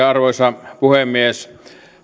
arvoisa puhemies